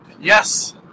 Yes